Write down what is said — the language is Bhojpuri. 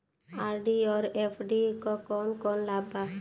आर.डी और एफ.डी क कौन कौन लाभ बा?